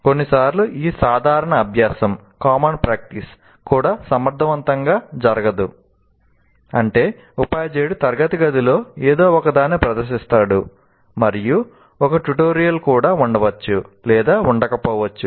కొన్నిసార్లు ఈ సాధారణ అభ్యాసం కూడా సమర్థవంతంగా జరగదు అంటే ఉపాధ్యాయుడు తరగతి గదిలో ఏదో ఒకదాన్ని ప్రదర్శిస్తాడు మరియు ఒక ట్యుటోరియల్ కూడా ఉండవచ్చు లేదా ఉండకపోవచ్చు